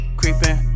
creeping